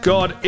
God